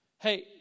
Hey